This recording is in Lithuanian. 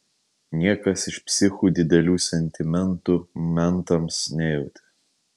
niekas iš psichų didelių sentimentų mentams nejautė